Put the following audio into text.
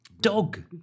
Dog